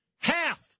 Half